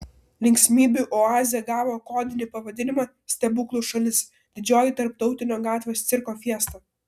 linksmybių oazė gavo kodinį pavadinimą stebuklų šalis didžioji tarptautinio gatvės cirko fiesta